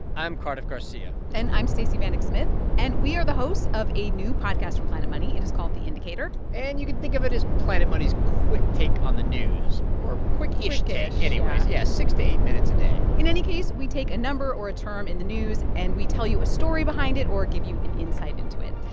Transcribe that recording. i'm cardiff garcia and i'm stacey vanek smith. and we are the hosts of a new podcast from planet money. it is called the indicator and you can think of it as planet money's quick take on the news or quickish. quickish, yeah. take anyways, yeah six to eight minutes a day in any case, we take a number or a term in the news, and we tell you a story behind it or give you an insight into it.